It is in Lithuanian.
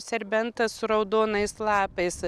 serbentas su raudonais lapais